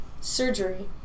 surgery